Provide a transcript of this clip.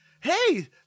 hey